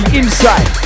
inside